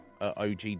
og